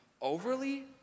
overly